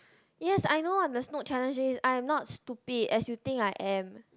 yes I know what the snoot challenge is I am not stupid as you think I am